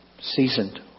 seasoned